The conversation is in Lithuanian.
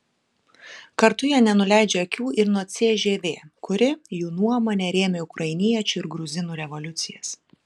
kartu jie nenuleidžia akių ir nuo cžv kuri jų nuomone rėmė ukrainiečių ir gruzinų revoliucijas